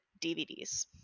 DVDs